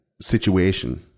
situation